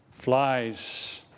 Flies